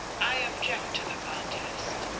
i object to the contest.